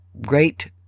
great